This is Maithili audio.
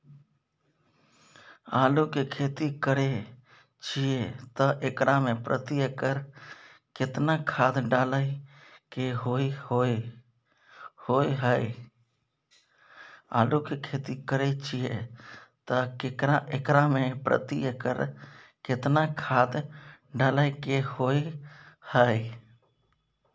आलू के खेती करे छिये त एकरा मे प्रति एकर केतना खाद डालय के होय हय?